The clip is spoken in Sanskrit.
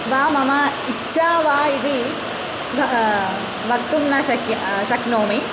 वा मम इच्छा वा इति वा वक्तुं न शक्यते शक्नोमि